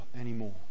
anymore